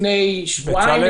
לפני שבועיים,